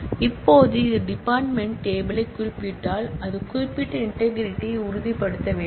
இப்போது அது department table யைக் குறிப்பிட்டால் அது குறிப்பு இன்டெக்ரிடியை உறுதிப்படுத்த வேண்டும்